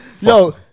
Yo